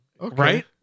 Right